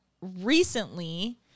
recently